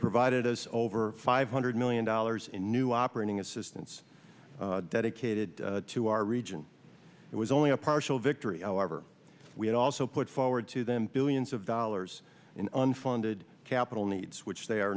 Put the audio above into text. provided us over five hundred million dollars in new operating assistance dedicated to our region it was only a partial victory over we had also put forward to them billions of dollars in unfunded capital needs which they are